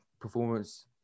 performance